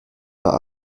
pas